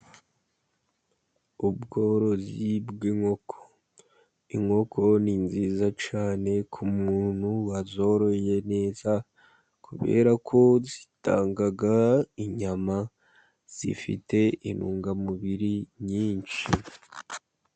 Ubworozi bw'inkoko, inkoko ni nziza cyane ku muntu wazoroye neza kubera ko zitanga inyama, zifite intungamubiri nyinshi.